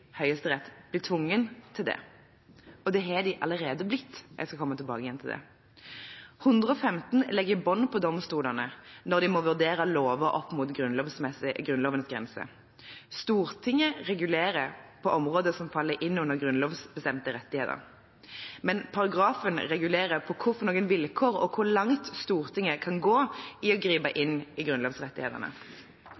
Høyesterett bli tvunget til det. Det har de allerede blitt, og jeg skal komme tilbake til det. Paragraf 115 legger bånd på domstolene når de må vurdere lover opp mot Grunnlovens grenser. Stortinget regulerer på områder som faller inn under grunnlovsbestemte rettigheter. Men paragrafen regulerer på hvilke vilkår og hvor langt Stortinget kan gå i å gripe